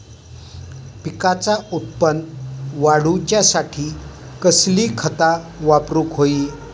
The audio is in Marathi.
पिकाचा उत्पन वाढवूच्यासाठी कसली खता वापरूक होई?